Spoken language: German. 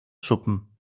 schuppen